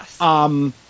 Yes